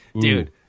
Dude